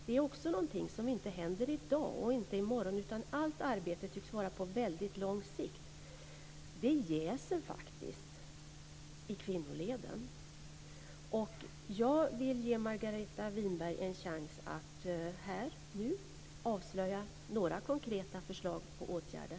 Det är också någonting som inte händer i dag och inte i morgon, utan allt arbete tycks ske på väldigt lång sikt. Det jäser faktiskt i kvinnoleden. Jag vill ge Margareta Winberg en chans att här och nu avslöja några konkreta förslag på åtgärder.